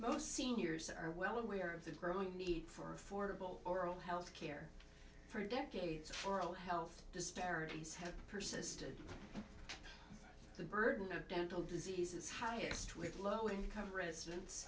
most seniors are well aware of the growing need for affordable oral health care for decades oral health disparities have persisted the burden of dental diseases highest with low income residents